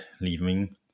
leaving